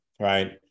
right